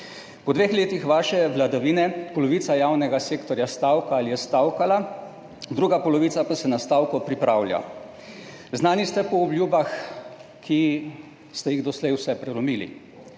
Po dveh letih vaše vladavine polovica javnega sektorja stavka ali je stavkalo, druga polovica pa se na stavko pripravlja. Znani ste po obljubah, ki ste jih doslej vse prelomili.